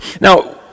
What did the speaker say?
Now